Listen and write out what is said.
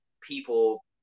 people